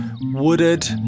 wooded